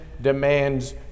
demands